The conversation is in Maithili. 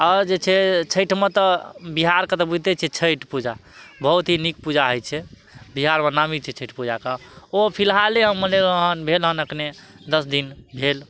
आ जे छै छठिमे तऽ बिहारके तऽ बुझिते छठि पूजा बहुत ही नीक पूजा होइ छै बिहारमे नामी छै छठि पूजाके ओ फिलहाले हम मनेलहुॅं हन भेल हन अखने दस दिन भेल